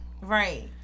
Right